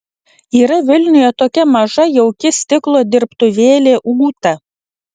yra vilniuje tokia maža jauki stiklo dirbtuvėlė ūta